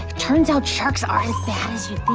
turns out sharks are you think.